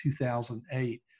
2008